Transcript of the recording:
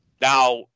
Now